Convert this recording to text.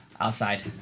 outside